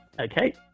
Okay